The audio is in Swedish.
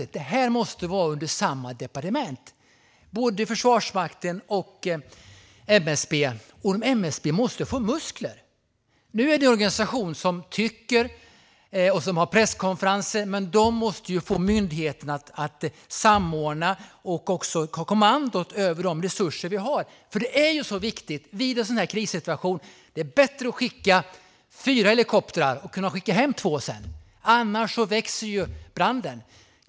Försvarsmakten och MSB måste vara under samma departement, och MSB måste få muskler. Nu är det en organisation som tycker och som har presskonferenser, men den måste få myndighet att samordna och även ta kommandot över de resurser vi har. Det är viktigt i en sådan här krissituation. Det är bättre att skicka fyra helikoptrar och sedan kunna skicka hem två. Annars växer ju branden.